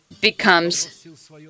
becomes